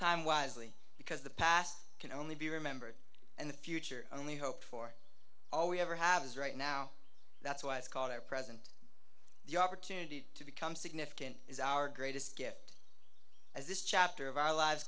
time wisely because the past can only be remembered and the future only hope for all we ever have is right now that's why it's called our present the opportunity to become significant is our greatest gift as this chapter of our lives